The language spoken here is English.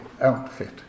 outfit